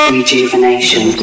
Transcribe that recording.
Rejuvenation